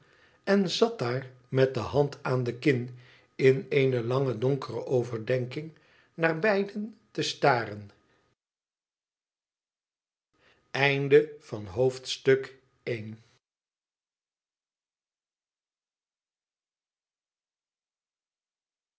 en zat daar met de hand aan de kin in eene lange donkere overdenking naar beiden te staren